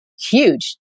huge